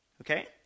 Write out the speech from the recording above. okay